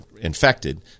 infected